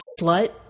slut